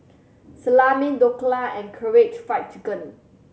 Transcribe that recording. Salami Dhokla and Karaage Fried Chicken